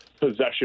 possession